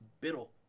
Biddle